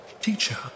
teacher